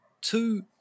two